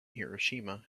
hiroshima